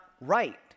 right